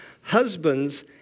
husbands